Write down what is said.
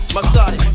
Masai